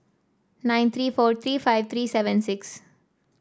nine three four three five three seven six